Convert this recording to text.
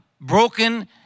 broken